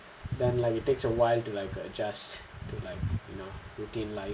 then like it takes a while to like adjust to routine life